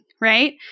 right